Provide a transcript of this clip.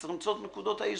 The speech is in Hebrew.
צריך למצוא את נקודות האיזון.